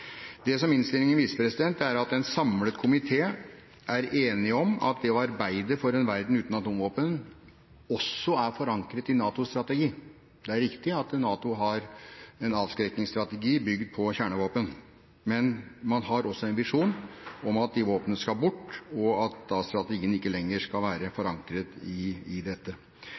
Det innstillingen viser, er at en samlet komité er enig om at det å arbeide for en verden uten atomvåpen, også er forankret i NATOs strategi. Det er riktig at NATO har en avskrekkingsstrategi bygd på kjernevåpen, men man har også en visjon om at de våpnene skal bort, og at strategien da ikke lenger skal være